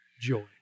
joy